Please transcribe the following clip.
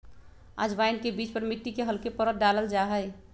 अजवाइन के बीज पर मिट्टी के हल्के परत डाल्ल जाहई